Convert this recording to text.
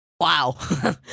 Wow